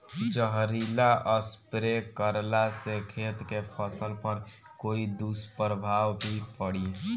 जहरीला स्प्रे करला से खेत के फसल पर कोई दुष्प्रभाव भी पड़ी?